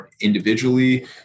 individually